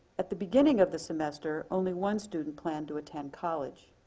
at the beginning of the semester, only one student planned to attend college.